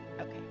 okay